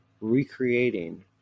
recreating